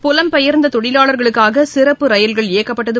புலம்பெயர்ந்த தொழிலாளர்களுக்காக சிறப்பு ரயில்கள் இயக்கப்பட்டது